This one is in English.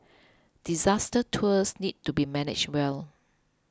disaster tours need to be managed well